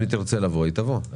אם היא תרצה לבוא, היא תבוא.